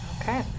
okay